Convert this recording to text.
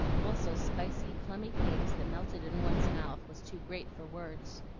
also spicy, plummy cakes that melted in one's mouth, was too great for words.